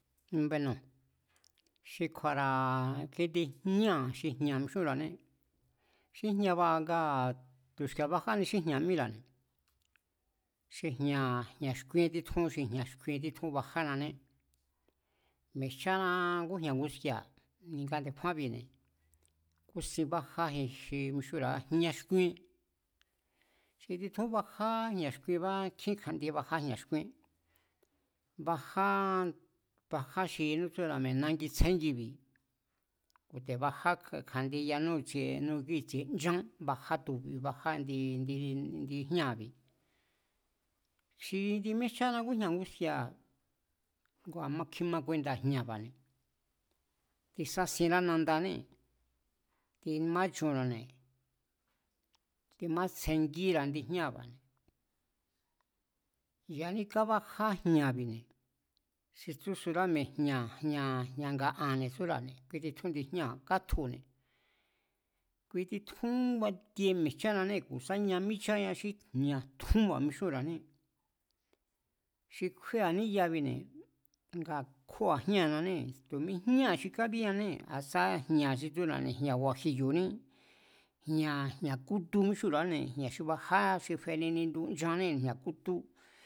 Bueno̱ xi kju̱a̱ra̱ kjindi jñáa̱ xi jña̱ mixúnra̱ané. Xi jña̱ba̱ ngaa̱ tu̱xki̱e̱a bajáni xi jña̱ míra̱, xi jña̱ xkuin títjún, xi jña̱ xkui títjún bajánané. Mi̱e̱jchána ngújña̱ nguski̱a̱ ni̱nga nde̱kjúanbi̱ne̱ kúsin bájá xi mixúnra̱a jñá xkúíén, xi titjún bajá jña̱ xkuinbá nkjín kja̱n'ndie bajá jña̱ xkúíén, baja, bajá xi yanú tsúra̱ mi̱e̱ nangi tsjéngibi̱, ku̱ te̱baja kja̱n'ndien yanú i̱tsie yanú kíi̱tsie nchán, baja tubi̱, bajá indi jñáa̱bi̱, xi indi míejchána ngújña̱ nguski̱a̱, ngua̱ kjima kuenda̱ jña̱ba̱ne̱, tisásienrá nandanée̱, timáchunra̱ne̱, timatsjengíra̱ indi jñáa̱ba̱, ya̱ní kabaja jña̱bi̱ne̱, xi tsúsurá mi̱e̱, jña̱ nga̱'a̱n tsúra̱ne̱, kátjune̱, kui titjún batie mi̱e̱jchánanée̱ ku̱ sá ña mícháña xí jña̱ tjúnba̱ mixúnra̱ané, xi kjúée̱a níyabine̱ ngaa̱ kjóa̱ jñáa̱nanée̱ tu̱ mi jñáa̱ xi kábíeñanée̱, a sa jña̱ xi tsúra̱ mi̱e̱ jña̱ guajiyo̱ní, jña̱ kútú míxúnra̱áne̱, jña̱ xi baja xi feni nindu nchánée̱ jña̱ kútú